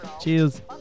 Cheers